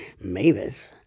Mavis